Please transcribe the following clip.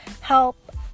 help